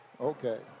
okay